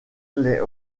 les